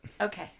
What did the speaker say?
Okay